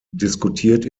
diskutiert